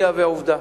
הרי העובדים